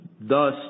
Thus